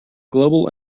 global